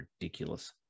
ridiculous